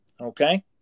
Okay